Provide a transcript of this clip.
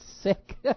sick